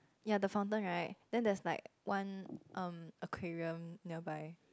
ya the fountain right then there is like one um aquarium nearby